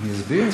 אני אסביר.